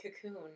Cocoon